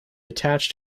attached